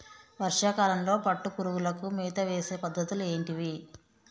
వర్షా కాలంలో పట్టు పురుగులకు మేత వేసే పద్ధతులు ఏంటివి?